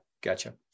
gotcha